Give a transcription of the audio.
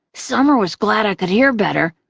summer was glad i could hear better,